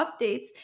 updates